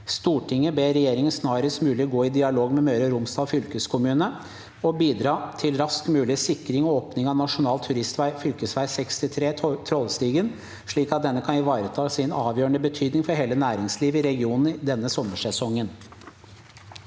«Stortinget ber regjeringen snarest mulig gå i dialog med Møre og Romsdal fylkeskommune og bidra til raskest mulig sikring og åpning av Nasjonal Turistveg Fv. 63 Trollstigen slik at denne kan ivareta sin avgjørende betydning for hele næringslivet i regionen denne sommersesongen.»